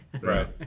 Right